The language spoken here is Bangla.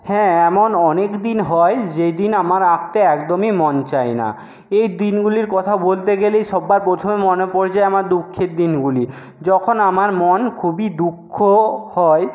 হ্যাঁ এমন অনেকদিন হয় যেই দিন আমার আঁকতে একদমই মন চায় না এই দিনগুলির কথা বলতে গেলেই সব্বার প্রথমে মনে পড়ে যায় আমার দুঃখের দিনগুলি যখন আমার মন খুবই দুঃখ হয়